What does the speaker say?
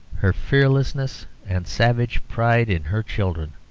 her fearlessness and savage pride in her children.